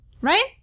right